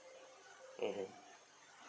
mmhmm